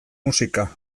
musika